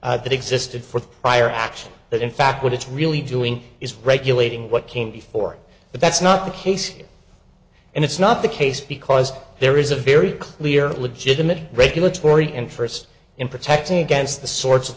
punishment that existed for prior acts that in fact what it's really doing is regulating what came before but that's not the case here and it's not the case because there is a very clear legitimate regulatory and first in protecting against the sorts of